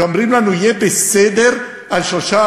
ואומרים לנו: יהיה בסדר על 3,